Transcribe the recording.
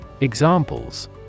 Examples